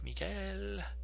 Miguel